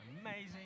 amazing